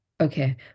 Okay